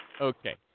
Okay